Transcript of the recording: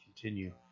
continue